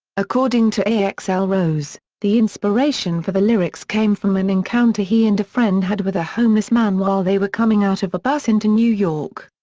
according to axl rose, the inspiration for the lyrics came from an encounter he and a friend had with a homeless man while they were coming out of a bus into new york.